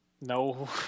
No